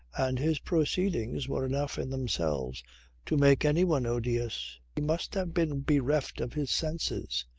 and his proceedings were enough in themselves to make anyone odious. he must have been bereft of his senses.